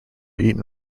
eaten